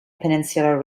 peninsular